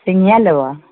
सिंघिये लेबऽ